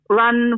run